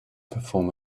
perform